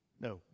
No